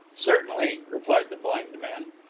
certainly, replied the blind man.